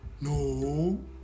no